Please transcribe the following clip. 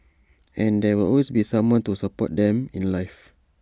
and there will always be someone to support them in life